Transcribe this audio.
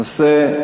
נושא,